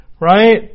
right